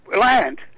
land